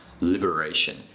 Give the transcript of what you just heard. liberation